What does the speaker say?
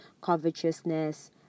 covetousness